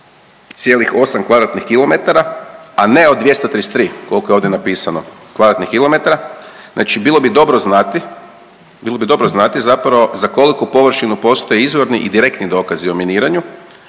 o 148,8 kvadratnih kilometara, a ne o 233, koliko je ovdje napisano, kvadratnih kilometara. Znači bilo bi dobro znati, bilo bi dobro znati zapravo za koliku površinu postoje izvodni i direktni dokazi o miniranju,